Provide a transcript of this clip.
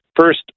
First